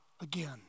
again